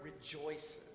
rejoices